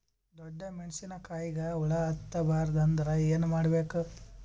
ಡೊಣ್ಣ ಮೆಣಸಿನ ಕಾಯಿಗ ಹುಳ ಹತ್ತ ಬಾರದು ಅಂದರ ಏನ ಮಾಡಬೇಕು?